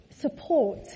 support